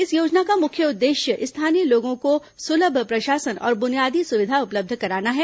इस योजना का मुख्य उद्देश्य स्थानीय लोगों को सुलभ प्रशासन और बुनियादी सुविधा उपलब्ध कराना है